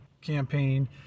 campaign